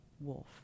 wolf